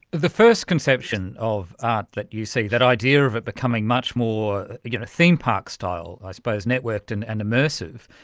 the first conception of art that you see, that idea of it becoming much more theme park style i suppose, networked and and immersive,